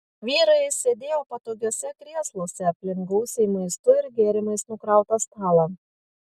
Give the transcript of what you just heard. vyrai sėdėjo patogiuose krėsluose aplink gausiai maistu ir gėrimais nukrautą stalą